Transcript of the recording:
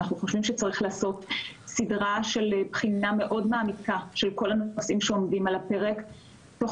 אנחנו חושבים שיש לבחון את כל הנושאים שעל הפרק בבחינה מעמיקה תוך